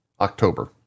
October